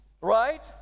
Right